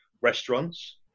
restaurants